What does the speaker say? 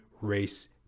race